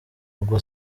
ubwo